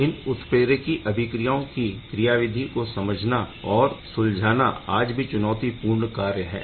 इन उत्प्रेरकी अभिक्रियाओं की क्रियाविधि को समझना और सुलझाना आज भी चुनौती पूर्ण कार्य है